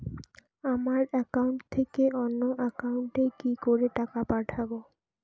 আমার একাউন্ট থেকে অন্য কারো একাউন্ট এ কি করে টাকা পাঠাবো?